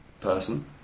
person